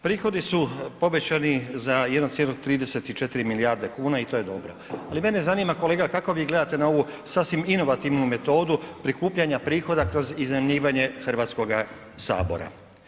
Prihodi su obećani za 1,34 milijarde kuna i to je dobro ali mene zanima kolega kako vi gledate na ovu sasvim inovativnu metodu prikupljanja prihoda kroz iznajmljivanje Hrvatskoga sabora.